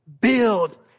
build